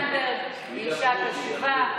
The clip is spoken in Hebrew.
רע"ם זה ללכת איתם לבחירה ישירה לראשות הממשלה.